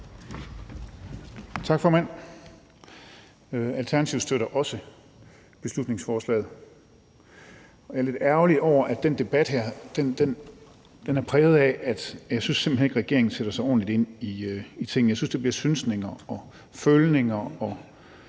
Tak, formand. Alternativet støtter også beslutningsforslaget. Jeg er lidt ærgerlig over, at den debat her er præget af, synes jeg, at regeringen ikke sætter sig ordentligt ind i tingene. Jeg synes, det bliver synsninger, følninger